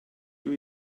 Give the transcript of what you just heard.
you